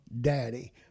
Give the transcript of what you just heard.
daddy